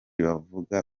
bavuga